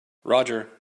roger